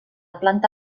planta